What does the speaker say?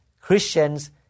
Christians